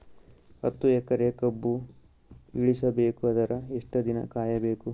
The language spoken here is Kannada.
ಹತ್ತು ಎಕರೆ ಕಬ್ಬ ಇಳಿಸ ಬೇಕಾದರ ಎಷ್ಟು ದಿನ ಕಾಯಿ ಬೇಕು?